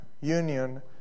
union